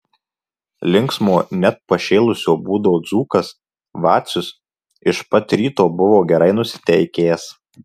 linksmo net pašėlusio būdo dzūkas vacius iš pat ryto buvo gerai nusiteikęs